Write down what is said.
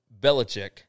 Belichick